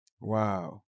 Wow